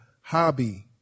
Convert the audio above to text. hobby